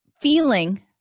feeling